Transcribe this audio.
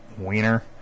Wiener